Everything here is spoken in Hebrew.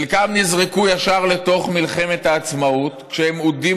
חלקם נזרקו ישר לתוך מלחמת העצמאות כשהם אודים